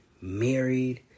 married